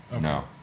No